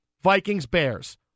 Vikings-Bears